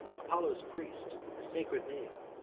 apollo's priest, a sacred name,